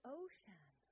ocean